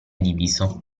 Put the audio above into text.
diviso